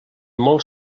molt